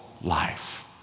life